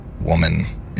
woman